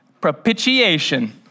propitiation